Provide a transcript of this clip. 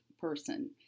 person